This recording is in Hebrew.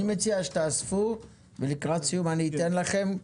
מציע שתרשמו, ולקראת סיום אני אתן לכם לדבר.